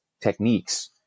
techniques